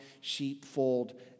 sheepfold